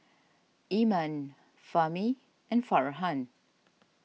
Iman Fahmi and Farhan